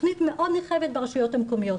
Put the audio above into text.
תכנית מאוד נרחבת ברשויות המקומיות.